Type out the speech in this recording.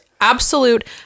absolute